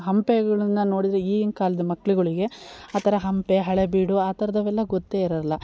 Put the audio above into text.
ಹಂಪೆಗಳನ್ನ ನೋಡಿದರೆ ಈಗಿನ ಕಾಲದ ಮಕ್ಕಳುಗಳಿಗೆ ಆ ಥರ ಹಂಪೆ ಹಳೇಬೀಡು ಆ ಥರದವೆಲ್ಲ ಗೊತ್ತೇ ಇರೋಲ್ಲ